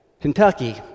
Kentucky